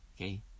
Okay